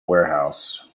warehouse